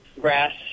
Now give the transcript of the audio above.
grass